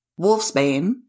wolfsbane